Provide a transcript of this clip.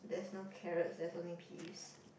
there's no carrot there's only peas